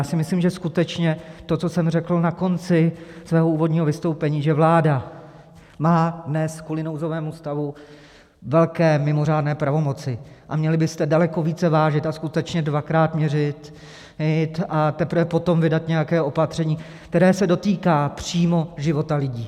Já si myslím, že skutečně to, co jsem řekl na konci svého úvodního vystoupení, že vláda má dnes kvůli nouzovému stavu velké, mimořádné pravomoci a měli byste daleko více vážit a skutečně dvakrát měřit, a teprve potom vydat nějaké opatření, které se dotýká přímo života lidí.